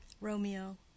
Romeo